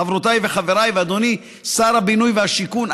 חברותיי וחבריי ואדוני שר הבינוי והשיכון.